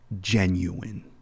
genuine